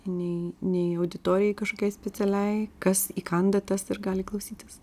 nei nei auditorijai kažkokiai specialiai kas įkanda tas ir gali klausytis